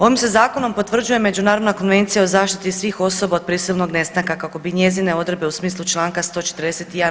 Ovim se zakonom potvrđuje Međunarodna konvencija o zaštiti svih osoba od prisilnog nestanka kako bi njezine odredbe u smislu članka 141.